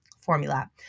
formula